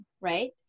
right